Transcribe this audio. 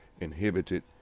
inhibited